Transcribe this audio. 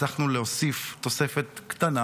הצלחנו להוסיף תוספת קטנה